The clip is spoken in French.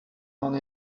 n’en